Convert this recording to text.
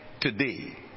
today